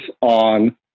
on